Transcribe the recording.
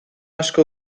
asko